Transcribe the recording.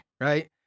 Right